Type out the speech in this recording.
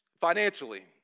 Financially